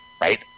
right